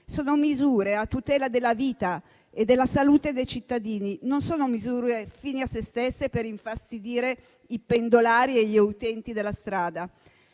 Sono misure a tutela della vita e della salute dei cittadini, non sono fini a sé stesse, per infastidire i pendolari e gli utenti della strada.